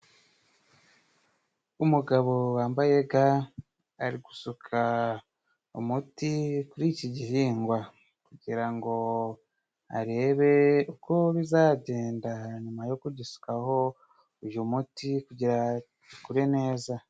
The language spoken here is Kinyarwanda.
Umugabo wambaye ga ari gusuka umuti kuri iki gihingwa kugira ngo arebe uko bizagenda nyuma yo kugisukaho uyu muti kugira gikure neza.